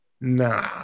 Nah